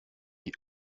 die